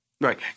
right